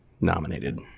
nominated